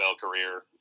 career